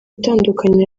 atandukanye